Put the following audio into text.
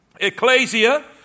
ecclesia